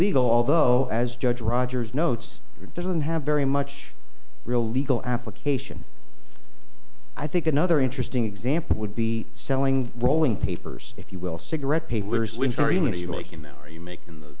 legal although as judge rogers notes it doesn't have very much real legal application i think another interesting example would be selling rolling papers if you will cigarette papers which are you going t